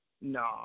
No